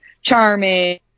charming